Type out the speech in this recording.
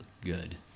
good